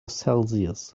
celsius